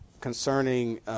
concerning